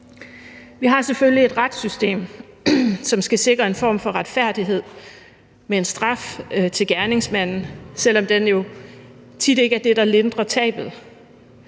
Vi har selvfølgelig et retssystem, som skal sikre en form for retfærdighed med en straf til gerningsmanden, selv om det jo tit ikke er det, der lindrer tabet.